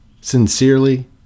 sincerely